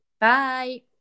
Bye